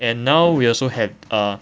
and now we also have err